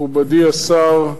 מכובדי השר,